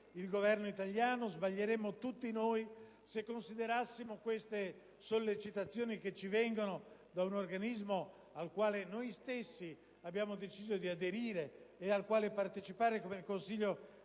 il Governo italiano e che sbaglieremmo tutti noi se considerassimo queste sollecitazioni che ci vengono da un organismo al quale noi stessi abbiamo deciso di aderire e partecipare come interferenze